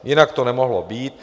Jinak to nemohlo být.